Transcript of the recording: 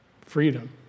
freedom